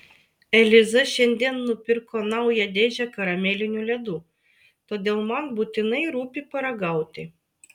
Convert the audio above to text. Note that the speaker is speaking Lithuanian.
eliza šiandien nupirko naują dėžę karamelinių ledų todėl man būtinai rūpi paragauti